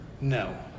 No